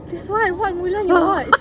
that's why what mulan you watch